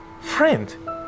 friend